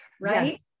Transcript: right